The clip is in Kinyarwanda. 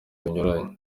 binyuranye